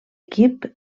equip